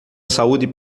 saúde